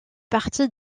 partie